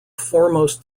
foremost